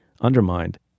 undermined